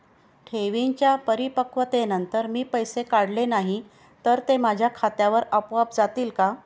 ठेवींच्या परिपक्वतेनंतर मी पैसे काढले नाही तर ते माझ्या खात्यावर आपोआप जातील का?